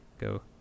go